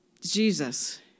Jesus